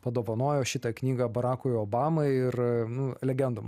padovanojo šitą knygą barakui obamai ir nu legendom